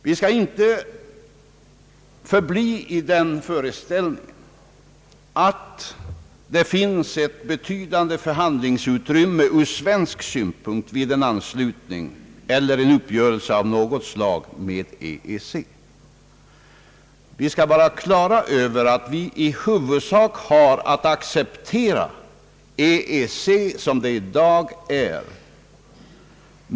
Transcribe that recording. Vi skall inte förbli i den föreställningen att det finns ett betydande förhandlingsutrymme ur svensk synpunkt vid en anslutning eller uppgörelse av något slag med EEC. Vi skall vara klara över att det för oss gäller att i huvudsak acceptera EEC som det i dag är.